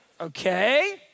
okay